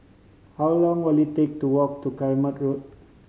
how long will it take to walk to Kramat Road